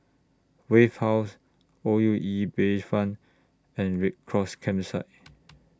Wave House O U E Bayfront and Red Cross Campsite